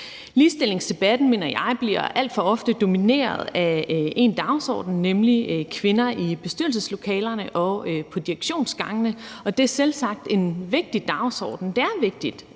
Ligestillingsdebatten mener jeg alt for ofte bliver domineret af én dagsorden, nemlig kvinder i bestyrelseslokalerne og på direktionsgangene, og det er selvsagt en vigtig dagsorden. Det er jo vigtigt,